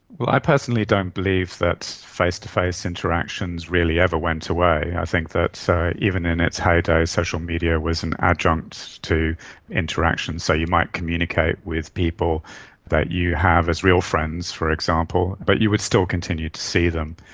well, i personally don't believe that face-to-face interactions really ever went away. i think that so even in its heyday, social media was an adjunct to interactions. so you might communicate with people that you have as real friends, for example, but you would still continue to see them,